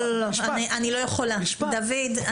לא, אני לא יכולה, דוד.